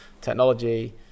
technology